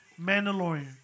Mandalorian